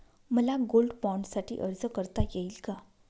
मला गोल्ड बाँडसाठी अर्ज करता येईल का?